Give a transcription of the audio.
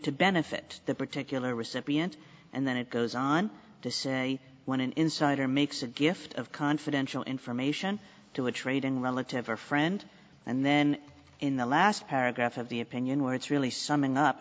to benefit that particular recipient and then it goes on to say when an insider makes a gift of confidential information to a trade in relative or friend and then in the last paragraph of the opinion where it's really summing up